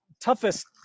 toughest